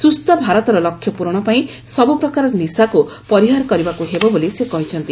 ସୁସ୍ଥ ଭାରତର ଲକ୍ଷ୍ୟ ପୂରଣ ପାଇଁ ସବୁପ୍ରକାର ନିଶାକୁ ପରିହାର କରିବାକୁ ହେବ ବୋଲି ସେ କହିଛନ୍ତି